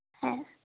হ্যাঁ